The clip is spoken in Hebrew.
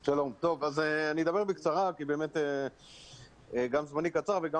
אני אדבר בקצרה כי באמת גם זמני קצר וגם